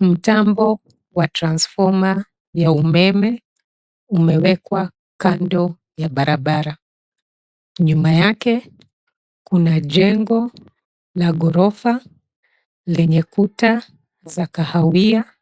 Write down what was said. Mtambo wa transfoma ya umeme umewekwa kando ya barabara. Nyuma yake kuna jengo la ghorofa lenye kuta za kahawia